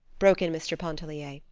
broke in mr. pontellier,